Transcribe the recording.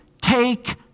take